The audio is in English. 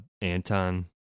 Anton